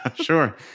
Sure